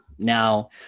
Now